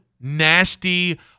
nasty